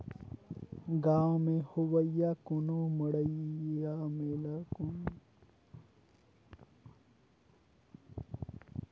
गाँव में होवइया कोनो मड़ई मेला कोनो जग जंवारा में घलो मइनसे मन अपन अपन हिसाब ले दान देथे, चंदा देथे